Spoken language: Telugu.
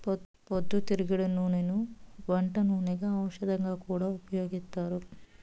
పొద్దుతిరుగుడు నూనెను వంట నూనెగా, ఔషధంగా కూడా ఉపయోగిత్తారు